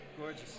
Gorgeous